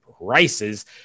prices